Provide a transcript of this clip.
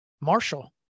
Marshall